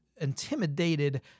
intimidated